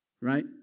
Right